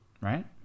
Right